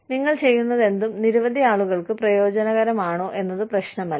നിങ്ങൾ ചെയ്യുന്നതെന്തും നിരവധി ആളുകൾക്ക് പ്രയോജനകരമാണോ എന്നത് പ്രശ്നമല്ല